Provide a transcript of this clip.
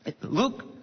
Luke